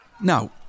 Now